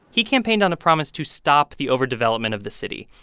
he campaigned on a promise to stop the overdevelopment of the city.